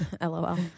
LOL